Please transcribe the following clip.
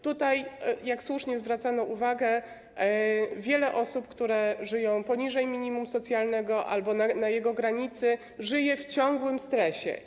Tutaj, jak słusznie zwracano uwagę, wiele osób mających dochód poniżej minimum socjalnego albo na jego granicy żyje w ciągłym stresie.